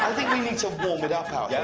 um think we need to warm it up. yeah